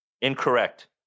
Incorrect